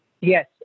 Yes